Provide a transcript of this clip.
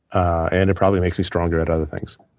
and it probably makes me stronger at other things.